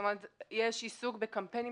יש עיסוק בקמפיינים